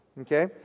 okay